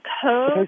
code